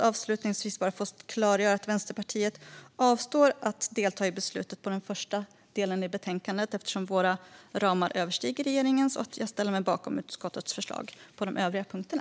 Avslutningsvis vill jag klargöra att Vänsterpartiet avstår från att delta i beslutet på den första delen i betänkandet, eftersom våra ramar överstiger regeringens, men att jag ställer mig bakom utskottets förslag på de övriga punkterna.